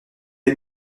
une